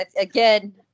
again